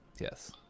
yes